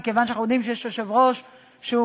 מכיוון שאנחנו יודעים שיש יושב-ראש שהוא